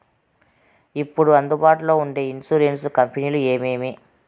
ఇప్పుడు అందుబాటులో ఉండే ఇన్సూరెన్సు కంపెనీలు ఏమేమి?